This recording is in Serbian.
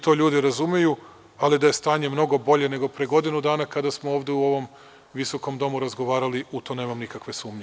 To ljudi razumeju, ali da je stanje mnogo bolje nego pre godinu dana kada smo ovde u ovom visokom domu razgovarali, u to nemam nikakve sumnje.